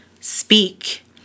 speak